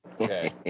Okay